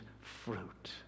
fruit